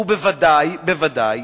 ובוודאי, בוודאי,